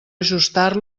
ajustar